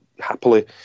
happily